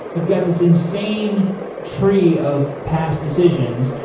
i've got this insane tree of past decisions,